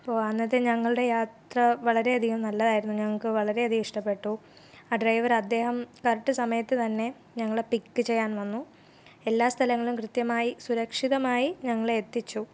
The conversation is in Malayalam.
അപ്പോൾ അന്നത്തെ ഞങ്ങളുടെ യാത്ര വളരെയധികം നല്ലതായിരുന്നു ഞങ്ങൾക്ക് വളരെയധികം ഇഷ്ടപ്പെട്ടു ആ ഡ്രൈവർ അദ്ദേഹം കറക്റ്റ് സമയത്ത് തന്നെ ഞങ്ങളെ പിക്ക് ചെയ്യാൻ വന്നു എല്ലാ സ്ഥലങ്ങളും കൃത്യമായി സുരക്ഷിതമായി ഞങ്ങളെ എത്തിച്ചു